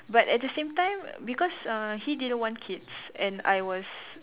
but at the same time because uh he didn't want kids and I was